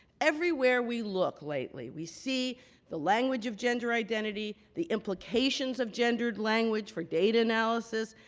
everywhere we look lately, we see the language of gender identity, the implications of gendered language for data analysis,